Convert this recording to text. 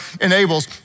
enables